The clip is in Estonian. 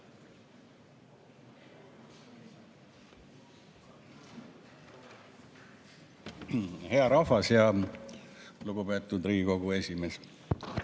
Hea rahvas! Lugupeetud Riigikogu esimees!